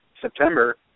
September